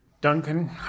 Duncan